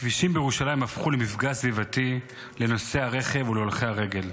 הכבישים בירושלים הפכו למפגע סביבתי לנוסעי הרכב ולהולכי הרגל,